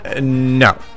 No